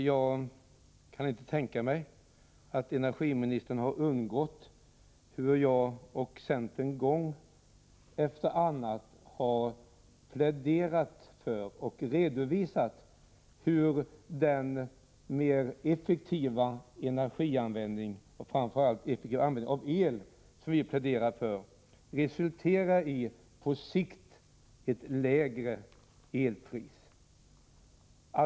Jag kan inte tänka mig att energiministern har undgått att notera hur jag och centern gång efter annan har pläderat för och redovisat hur en mer effektiv energianvändning och framför allt en effektiv användning av el skulle resultera i ett lägre elpris på sikt.